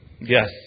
Yes